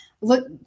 Look